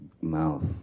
mouth